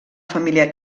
família